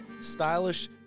Stylish